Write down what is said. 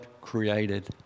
created